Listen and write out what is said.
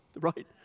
right